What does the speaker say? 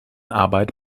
arbeit